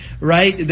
right